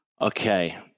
Okay